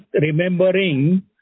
remembering